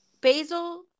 basil